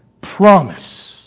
promise